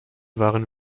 waren